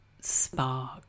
spark